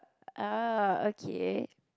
oh okay